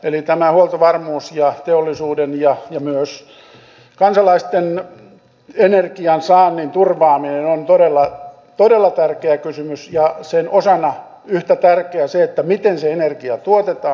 eli tämä huoltovarmuus ja teollisuuden ja myös kansalaisten energiansaannin turvaaminen on todella tärkeä kysymys ja sen osana on yhtä tärkeää se miten se energia tuotetaan